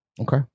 Okay